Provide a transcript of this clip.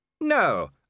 No